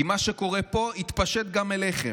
כי מה שקורה פה יתפשט גם אליכם.